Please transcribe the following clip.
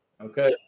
Okay